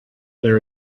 there